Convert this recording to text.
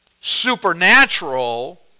supernatural